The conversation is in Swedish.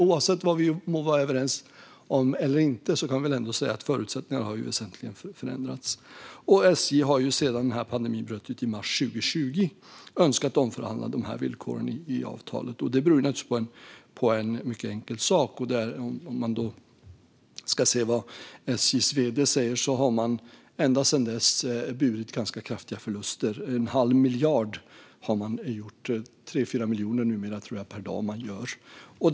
Oavsett vad vi är överens om eller inte kan vi väl ändå säga att förutsättningarna väsentligen har förändrats. SJ har sedan pandemin bröt ut i mars 2020 önskat omförhandla villkoren i avtalet. Detta beror på en mycket enkel sak. SJ:s vd säger att man ända sedan dess har burit kraftiga förluster: en halv miljard - jag tror att det numera är 3-4 miljoner per dag.